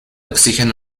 oxígeno